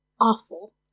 awful